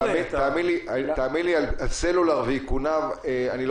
תאמין לי שעל הסלולאר ואיכוניו אני לא